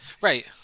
Right